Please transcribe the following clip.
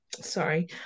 sorry